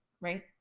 right